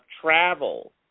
travel